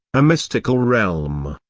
a mystical realm,